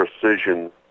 precision